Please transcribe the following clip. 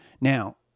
Now